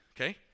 Okay